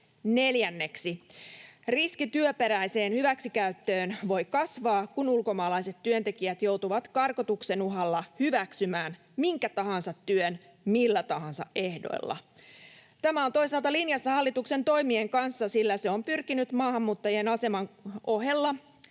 Neljänneksi: Riski työperäiseen hyväksikäyttöön voi kasvaa, kun ulkomaalaiset työntekijät joutuvat karkotuksen uhalla hyväksymään minkä tahansa työn, millä tahansa ehdoilla. Tämä on toisaalta linjassa hallituksen toimien kanssa, sillä se on pyrkinyt maahanmuuttajien aseman ohella